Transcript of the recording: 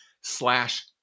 slash